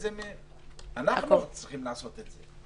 אנחנו צריכים לעשות את זה.